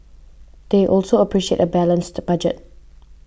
they also appreciate a balanced budget